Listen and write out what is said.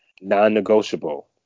non-negotiable